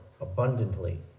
abundantly